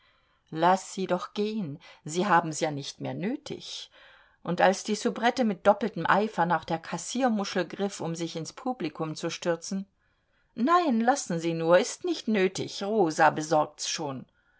laß sie doch gehen sie haben's ja nicht mehr nötig und als die soubrette mit doppeltem eifer nach der kassiermuschel griff um sich ins publikum zu stürzen nein lassen sie nur ist nicht nötig rosa besorgt's schon